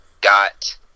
got